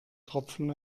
tropfen